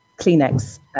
kleenex